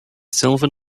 sylvan